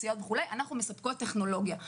אנחנו מספקות טכנולוגיה.